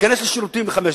להיכנס לשירותים לחמש דקות.